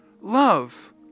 Love